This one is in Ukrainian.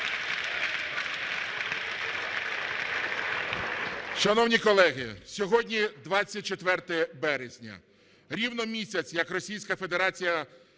Шановні колеги, сьогодні 24 березня. Рівно місяць, як Російська Федерація